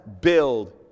build